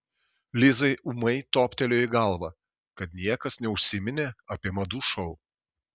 lizai ūmai toptelėjo į galvą kad niekas neužsiminė apie madų šou